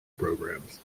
programs